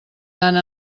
tant